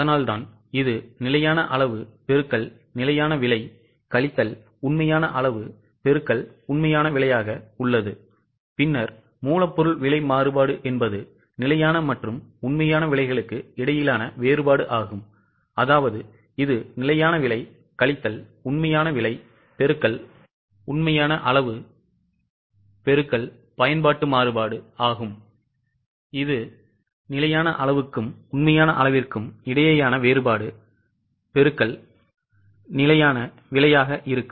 அதனால்தான் இது நிலையான அளவு பெருக்கல் நிலையான விலை கழித்தல் உண்மையான அளவு பெருக்கல் உண்மையான விலையாக உள்ளது பின்னர் மூலப்பொருள் விலை மாறுபாடு என்பது நிலையான மற்றும் உண்மையான விலைகளுக்கு இடையிலான வேறுபாடு அதாவது இது நிலையான விலை கழித்தல் உண்மையான விலை பெருக்கல் இது நிலையான அளவுக்கும் உண்மையான அளவிற்கும் இடையேயான வேறுபாடு பெருக்கல் நிலையான விலையாக இருக்கும்